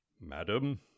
Madam